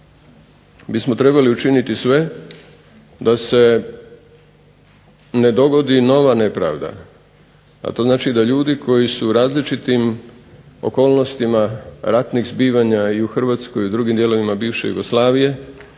bismo trebali učiniti sve da se ne dogodi nova nepravda. A to znači da ljudi koji su različitim okolnostima ratnih zbivanja i u HRvatskoj i u dijelovima bivše Jugoslavije